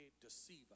deceive